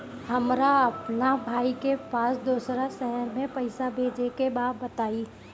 हमरा अपना भाई के पास दोसरा शहर में पइसा भेजे के बा बताई?